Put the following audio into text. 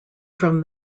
from